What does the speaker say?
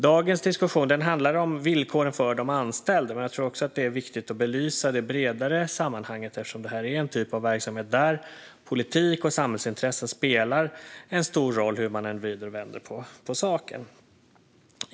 Dagens diskussion handlar om villkoren för de anställda, men jag tror att det är viktigt att också belysa det bredare sammanhanget eftersom detta är en typ av verksamhet där politik och samhällsintressen spelar en stor roll hur man än vrider och vänder på saken.